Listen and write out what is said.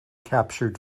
captured